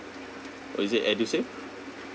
or is it edusave